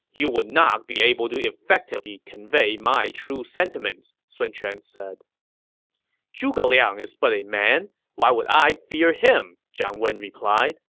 you would not be able to effectively convey my true sentiments, sun quan said zhuge liang is but a man why would i fear him? zhang wen replied.